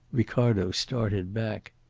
ricardo started back.